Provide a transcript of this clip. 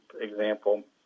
example